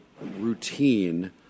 routine